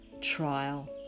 trial